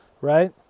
right